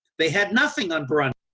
they had nothing on burundi.